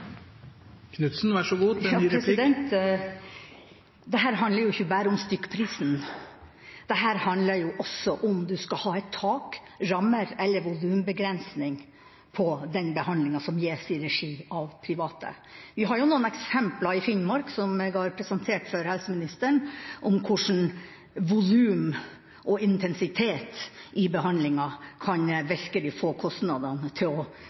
handler jo ikke bare om stykkprisen, dette handler også om man skal ha tak, rammer eller volumbegrensning for den behandlinga som gis i regi av private. Vi har noen eksempler i Finnmark, som jeg har presentert for helseministeren, på hvordan volum og intensitet i behandlinga virkelig kan få kostnadene til å